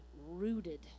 rooted